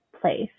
place